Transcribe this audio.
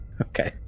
okay